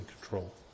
control